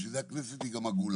בשביל זה הכנסת היא גם עגולה.